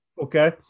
Okay